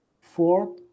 four